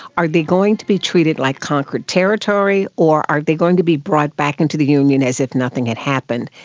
are they going to be treated like conquered territory or are they going to be brought back into the union as if nothing had happened?